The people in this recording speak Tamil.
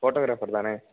ஃபோட்டோகிராஃபர் தானே